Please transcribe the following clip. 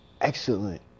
excellent